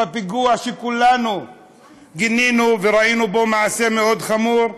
בפיגוע שכולנו גינינו וראינו בו מעשה מאוד חמור,